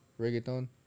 Reggaeton